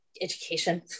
Education